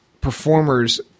performers